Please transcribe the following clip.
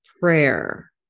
prayer